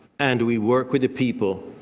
and we work with the people